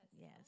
Yes